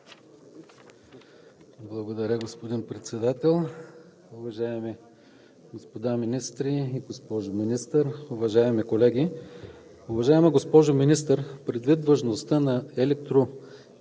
Благодаря, господин Председател. Уважаеми господа министри, госпожо Министър, уважаеми колеги!